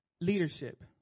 leadership